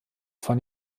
von